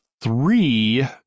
three